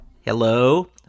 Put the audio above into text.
Hello